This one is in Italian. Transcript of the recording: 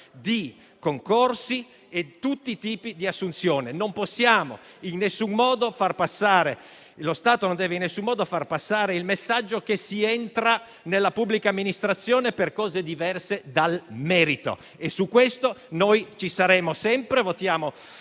concorsuali e in tutti i tipi di assunzione. Lo Stato non deve in nessun modo far passare il messaggio che si entra nella pubblica amministrazione per ragioni diverse dal merito e su questo ci saremo sempre. Votiamo